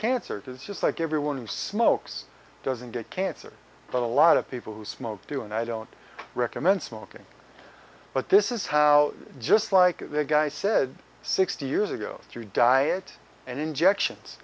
cancer it is just like everyone who smokes doesn't get cancer but a lot of people who smoke do and i don't recommend smoking but this is how just like the guy said sixty years ago through diet and injections